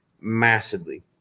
massively